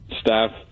staff